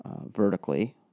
vertically